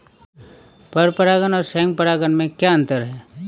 पर परागण और स्वयं परागण में क्या अंतर है?